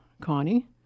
Connie